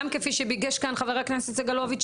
גם כפי שביקש כאן חבר הכנסת סגלוביץ',